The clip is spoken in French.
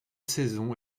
saison